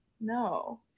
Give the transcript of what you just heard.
No